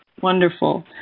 Wonderful